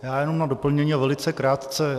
Já jenom na doplnění a velice krátce.